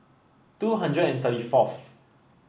two hundred and thirty forth